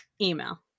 email